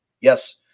Yes